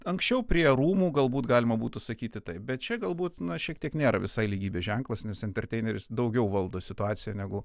anksčiau prie rūmų galbūt galima būtų sakyti taip bet čia galbūt šiek tiek nėra visai lygybės ženklas nes enterteineris daugiau valdo situaciją negu